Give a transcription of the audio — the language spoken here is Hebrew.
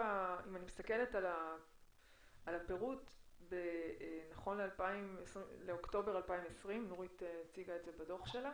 אני מסתכלת על הפירוט נכון לאוקטובר 2020 נורית הציגה את זה בדוח שלה